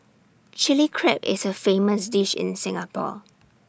Chilli Crab is A famous dish in Singapore